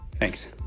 Thanks